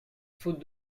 faute